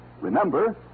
Remember